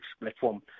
platform